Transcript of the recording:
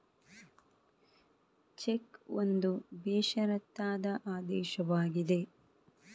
check ಒಂದು ಬೇಷರತ್ತಾದ ಆದೇಶವಾಗಿದೆ